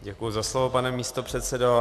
Děkuji za slovo, pane místopředsedo.